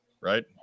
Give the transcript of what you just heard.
Right